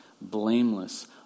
blameless